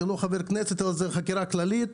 לא "חבר כנסת" אלא "חקירה כללית",